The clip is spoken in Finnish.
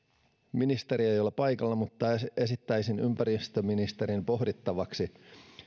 ministeri ei ole paikalla mutta esittäisin ympäristöministerin pohdittavaksi